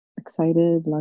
Excited